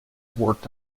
worked